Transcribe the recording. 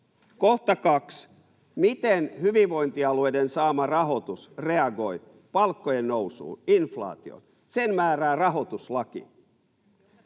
fakta. 2) Miten hyvinvointialueiden saama rahoitus reagoi palkkojen nousuun, inflaatioon? Sen määrää rahoituslaki,